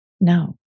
no